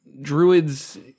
druids